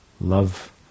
Love